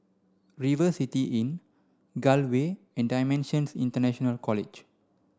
River City Inn Gul Way and DIMENSIONS International College